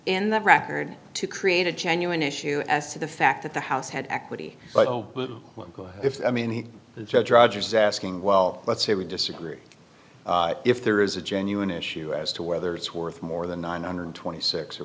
in the record to create a genuine issue as to the fact that the house had equity but if i mean he the judge drudges asking well let's say we disagree if there is a genuine issue as to whether it's worth more than nine hundred and twenty six